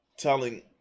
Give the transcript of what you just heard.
telling